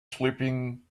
sleeping